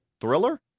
Thriller